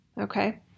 okay